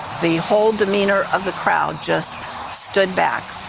the whole demeanor of the crowd just stood back.